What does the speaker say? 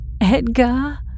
Edgar